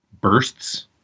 Bursts